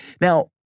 now